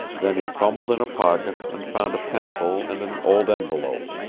then he fumbled in a pocket and found a pencil and an old envelope.